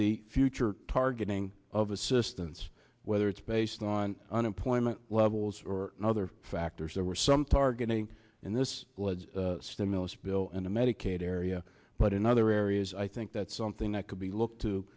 the future targeting of assistance whether it's based on unemployment levels or other factors there were some targeting in this stimulus bill in the medicaid area but in other areas i think that's something that could be looked to